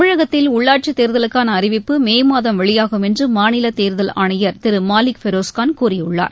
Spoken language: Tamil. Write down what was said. தமிழகத்தில் உள்ளாட்சித் தேர்தலுக்கான அறிவிப்பு மே மாதம் வெளியாகும் என்று மாநில தேர்தல் ஆணையர் திரு மாலிக் பெரோஸ்கான் கூறியுள்ளார்